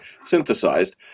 synthesized